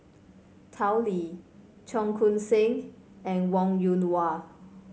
Tao Li Cheong Koon Seng and Wong Yoon Wah